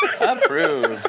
Approved